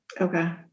Okay